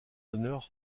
honneurs